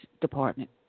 Department